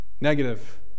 negative